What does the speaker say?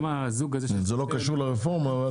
כן, זה לא קשור לרפורמה.